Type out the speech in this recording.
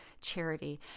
charity